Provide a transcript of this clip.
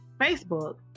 Facebook